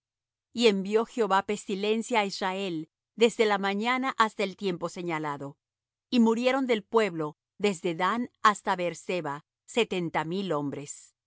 y envió jehová pestilencia á israel desde la mañana hasta el tiempo señalado y murieron del pueblo desde dan hasta beer-seba setenta mil hombres